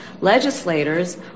legislators